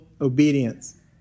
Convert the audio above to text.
obedience